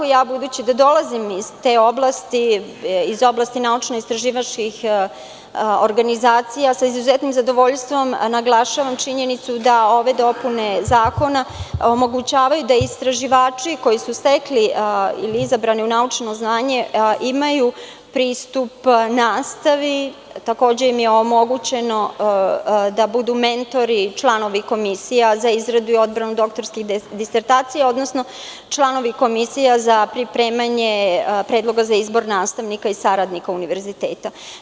Budući da dolazim iz te oblasti, iz oblasti naučno-istraživačkih organizacija, sa izuzetnim zadovoljstvom naglašavam činjenicu da ove dopune zakona omogućavaju da istraživači, koji su stekli ili izabrani u naučno zvanje, imaju pristup nastavi, omogućeno im je da budu mentori, članovi komisije za izradu i odbranu doktorskih disertacija, odnosno članovi komisija za pripremanje predloga za izbor nastavnika i saradnika univerziteta.